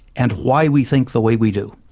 and why we think the way we do.